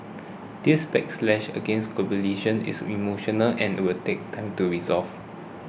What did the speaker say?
this backlash against globalisation is emotional and will take time to resolve